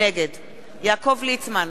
נגד יעקב ליצמן,